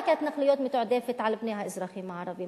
ההתנחלויות מתועדפות לא רק על פני האזרחים הערבים,